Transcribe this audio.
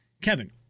Kevin